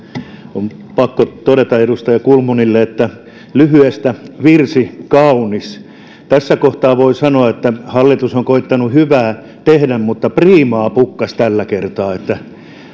on pakko todeta edustaja kulmunille että lyhyestä virsi kaunis tässä kohtaa voi sanoa että hallitus on koettanut hyvää tehdä mutta priimaa pukkasi tällä kertaa että